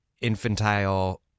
infantile